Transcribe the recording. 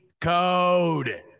code